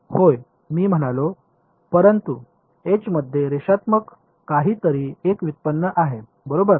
होय मी म्हणालो परंतु एच मध्ये रेषात्मक काही नाही तर व्युत्पन्न आहे बरोबर